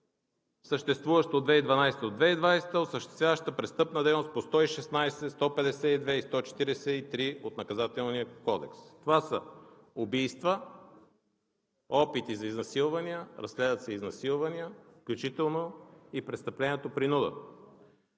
съществуваща от 2012 г. до 2020 г., осъществяваща престъпна дейност по чл. 116, 152 и 143 от Наказателния кодекс. Това са убийства, опити за изнасилвания – разследват се изнасилвания, включително и престъплението принуда.